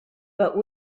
but